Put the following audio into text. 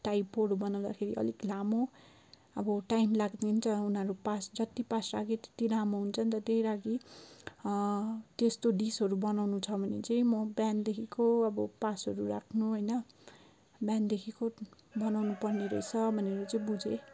टाइपोहरू बनाउँदाखेरि अलिक लामो अब टाइम लागिदिन्छ उनीहरू पास जत्ति पास राख्यो राख्यो राम्रो हुन्छ नि त त्यही लागि त्यस्तो डिसहरू बनाउनु छ भने चाहिँ म बिहानदेखिको अब पासहरू राख्नु होइन बिहानदेखि बनाउनुपर्ने रहेछ भनेर चाहिँ बुझेँ